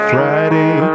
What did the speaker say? Friday